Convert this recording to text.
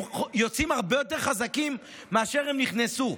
הם יוצאים הרבה יותר חזקים מאשר כשנכנסו,